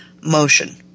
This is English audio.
motion